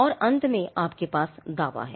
और अंत में आपके पास दावा है